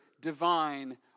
divine